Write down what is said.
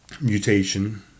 mutation